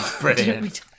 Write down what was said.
Brilliant